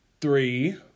three